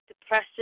depressive